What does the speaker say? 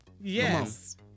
Yes